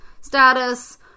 status